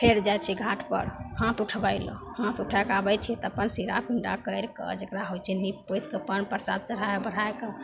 फेर जाइ छै घाटपर हाथ उठबै ले हाथ उठैके आबै छै तऽ अपन सिरा पीरा करिके जकरा होइ छै नीपि पोतिके पान परसाद चढ़ै बढ़ैके